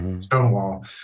Stonewall